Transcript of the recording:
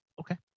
Okay